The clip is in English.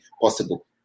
possible